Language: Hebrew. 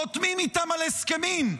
חותמים איתם על הסכמים,